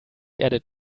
edit